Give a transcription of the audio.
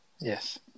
yes